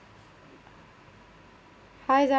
hi